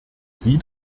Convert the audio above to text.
sie